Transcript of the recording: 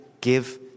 Give